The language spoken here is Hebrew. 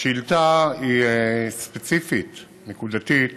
השאלה היא ספציפית, נקודתית,